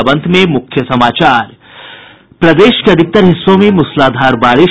और अब अंत में मुख्य समाचार प्रदेश के अधिकतर हिस्सों में मूसलाधार बारिश